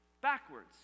backwards